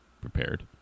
prepared